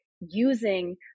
using